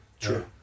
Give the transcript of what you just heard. true